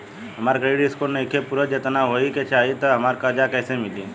हमार credit score नईखे पूरत जेतना होए के चाही त हमरा कर्जा कैसे मिली?